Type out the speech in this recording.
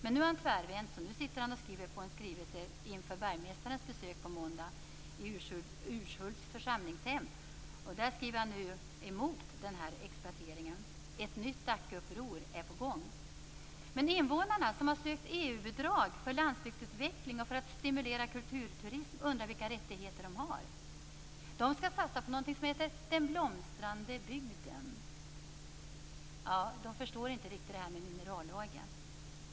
Men nu har han tvärvänt och sitter och skriver på en skrivelse inför bergmästarens besök på måndag i Urshults församlingshem. Där skriver han nu emot den här exploateringen. Ett nytt Dackeuppror är på gång. Men invånarna som har sökt EU-bidrag för landsbygdsutveckling och för att stimulera kulturturism undrar vilka rättigheter de har. De skall satsa på någonting som heter den blomstrande bygden. De förstår inte riktigt detta med minerallagen.